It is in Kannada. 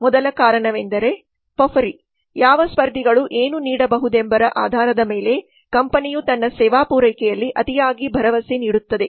ಮೊದಲ ಕಾರಣವೆಂದರೆ ಪಫರಿ ಯಾವ ಸ್ಪರ್ಧಿಗಳು ಏನು ನೀಡಬಹುದೆಂಬುದರ ಆಧಾರದ ಮೇಲೆ ಕಂಪನಿಯು ತನ್ನ ಸೇವಾ ಪೂರೈಕೆಯಲ್ಲಿ ಅತಿಯಾಗಿ ಭರವಸೆ ನೀಡುತ್ತದೆ